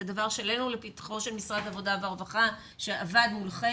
זה דבר שהעלינו לפתחו של משרד העבודה והרווחה שעבד מולכם